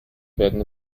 werden